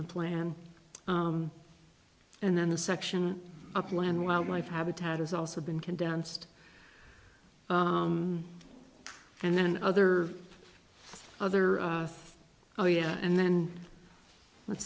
the plan and then the section up land wildlife habitat has also been condensed and then other other oh yeah and then let's